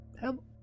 help